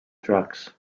tracks